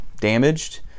damaged